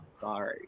Sorry